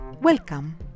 Welcome